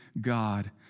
God